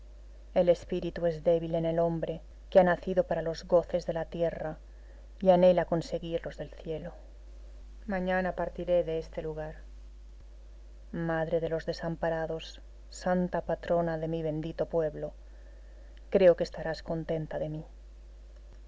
el espíritu es débil en el hombre que ha nacido para los goces de la tierra y anhela conseguir los del cielo mañana partiré de este lugar madre de los desamparados santa patrona de mi bendito pueblo creo que estarás contenta de mí